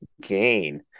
gain